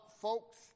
folks